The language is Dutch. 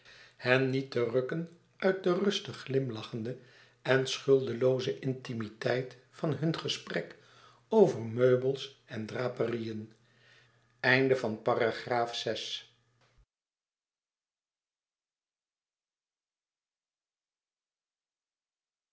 hen niet te rukken uit de rustig glimlachende en schuldelooze intimiteit van hun gesprek over meubels en draperieën